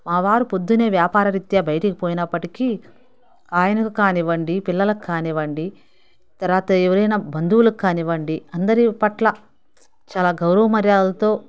మా వారు పొద్దున్నే వ్యాపారరిత్యా బయటికి పోయినప్పటికీ ఆయనకు కానివ్వండి పిల్లలకు కానివ్వండి తరువాత ఎవరైనా బంధువులకు కానివ్వండి అందరి పట్ల చాలా గౌరవ మర్యాదలతో